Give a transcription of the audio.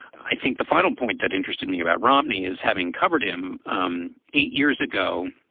i think the final point that interested me about romney is having covered him um eight years ago,